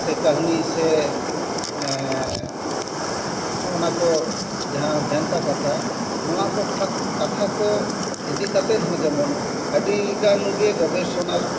ᱥᱮ ᱠᱟᱹᱦᱟᱱᱤ ᱥᱮ ᱱᱚᱜᱱᱟ ᱠᱚ ᱡᱟᱦᱟᱸ ᱵᱷᱮᱱᱛᱟ ᱠᱟᱛᱷᱟ ᱱᱚᱣᱟ ᱠᱚ ᱠᱷᱟᱛ ᱠᱟᱛᱷᱟ ᱠᱚ ᱤᱫᱤ ᱠᱟᱛᱮ ᱦᱚᱸ ᱡᱮᱱᱚᱢ ᱟᱹᱰᱤ ᱜᱟᱱ ᱜᱮ ᱜᱚᱵᱮᱥᱚᱱᱟ